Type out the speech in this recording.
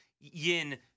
yin